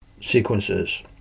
sequences